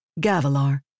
Gavilar